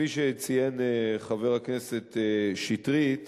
כפי שציין חבר הכנסת שטרית